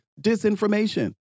disinformation